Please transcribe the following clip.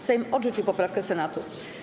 Sejm odrzucił poprawkę Senatu.